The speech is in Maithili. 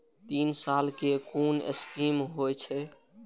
तीन साल कै कुन स्कीम होय छै?